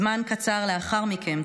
זמן קצר לאחר מכן,